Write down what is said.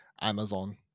Amazon